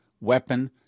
Weapon